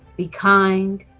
be kind,